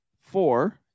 four